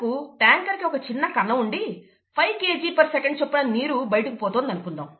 ఉదాహరణకు ట్యాంకర్ కి ఒక చిన్న కన్నం ఉండి 5 Kgsec చొప్పున నీరు బయటికి పోతోంది అనుకుందాం